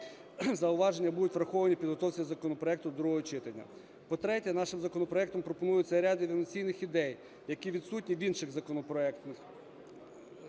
зауваження будуть враховані у підготовці законопроекту до другого читання. По-третє, нашим законопроектом пропонується ряд інноваційних ідей, які відсутні в інших законопроектах,